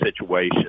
situation